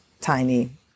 tiny